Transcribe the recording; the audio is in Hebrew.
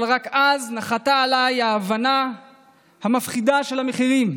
אבל רק אז נחתה עליי ההבנה המפחידה של המחירים,